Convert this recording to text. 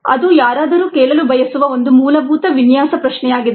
ಅದು ಯಾರಾದರೂ ಕೇಳಲು ಬಯಸುವ ಒಂದು ಮೂಲಭೂತ ವಿನ್ಯಾಸ ಪ್ರಶ್ನೆಯಾಗಿದೆ